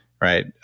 right